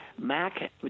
Mac